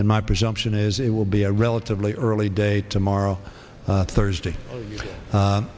and my presumption is it will be a relatively early date tomorrow thursday